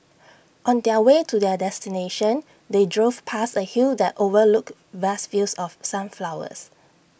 on their way to their destination they drove past A hill that overlooked vast fields of sunflowers